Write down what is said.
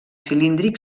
cilíndric